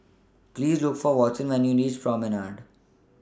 Please Look For Watson when YOU REACH Promenade